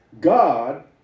God